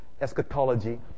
eschatology